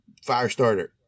Firestarter